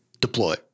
Deploy